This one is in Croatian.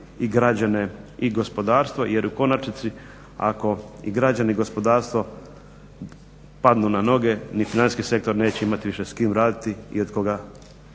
i građane i gospodarstvo. Jer u konačnici ako i građani i gospodarstvo padnu na noge ni financijski sektor neće imati više s kim raditi i od koga